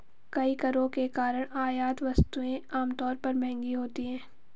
कई करों के कारण आयात वस्तुएं आमतौर पर महंगी होती हैं